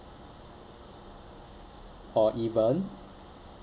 or even